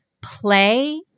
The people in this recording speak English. play